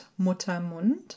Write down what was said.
Muttermund